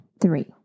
three